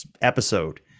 episode